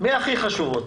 מהכי חשובות?